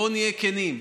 בואו נהיה כנים: